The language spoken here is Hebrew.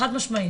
חד משמעית.